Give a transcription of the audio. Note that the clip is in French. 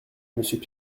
monsieur